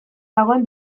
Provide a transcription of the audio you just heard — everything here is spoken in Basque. dagoen